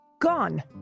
Gone